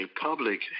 public